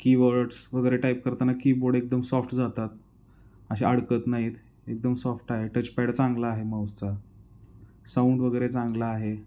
कीवर्ड्सवगैरे type करताना keyboard एकदम soft जातात असे अडकत नाहीत एकदम सॉफ्ट आहे टचपॅड चांगला आहे माऊसचा साऊंडवगैरे चांगला आहे